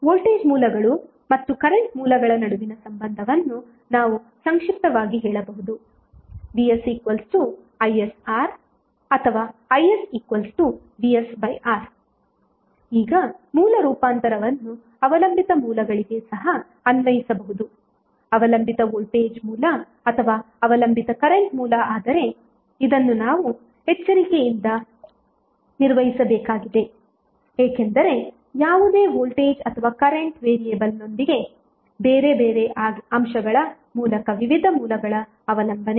voltage ಮೂಲಗಳು ಮತ್ತು current ಮೂಲಗಳ ನಡುವಿನ ಸಂಬಂಧವನ್ನು ನಾವು ಸಂಕ್ಷಿಪ್ತವಾಗಿ ಹೇಳಬಹುದು vsisR ಅಥವಾ isvsR ಈಗ ಮೂಲ ರೂಪಾಂತರವನ್ನು ಅವಲಂಬಿತ ಮೂಲಗಳಿಗೆ ಸಹ ಅನ್ವಯಿಸಬಹುದು ಅವಲಂಬಿತ ವೋಲ್ಟೇಜ್ ಮೂಲ ಅಥವಾ ಅವಲಂಬಿತ ಕರೆಂಟ್ ಮೂಲ ಆದರೆ ಇದನ್ನು ನಾವು ಎಚ್ಚರಿಕೆಯಿಂದ ನಿರ್ವಹಿಸಬೇಕಾಗಿದೆ ಏಕೆಂದರೆ ಯಾವುದೇ ವೋಲ್ಟೇಜ್ ಅಥವಾ ಕರೆಂಟ್ ವೇರಿಯೇಬಲ್ನಿಂದ ಬೇರೆ ಬೇರೆ ಅಂಶಗಳ ಮೂಲಕ ವಿವಿಧ ಮೂಲಗಳ ಅವಲಂಬನೆ